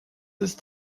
ist